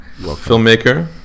Filmmaker